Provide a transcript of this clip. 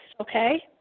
okay